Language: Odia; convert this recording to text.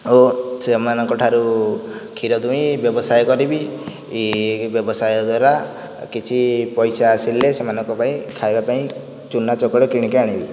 ଆଉ ସେମାନଙ୍କ ଠାରୁ କ୍ଷୀର ଦୁଇଁ ବ୍ୟବସାୟ କରିବି ଏ ବ୍ୟବସାୟ ଦ୍ୱାରା କିଛି ପଇସା ଆସିଲେ ସେମାନଙ୍କ ପାଇଁ ଖାଇବାପାଇଁ ଚୁନା ଚୋକଡ଼ କିଣିକି ଆଣିବି